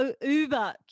uber